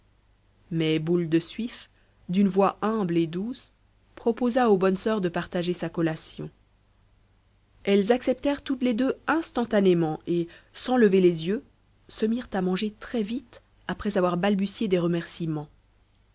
mais boule de suif d'une voix humble et douce proposa aux bonnes soeurs de partager sa collation elles acceptèrent toutes les deux instantanément et sans lever les yeux se mirent à manger très vite après avoir balbutié des remerciements